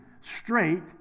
straight